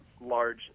large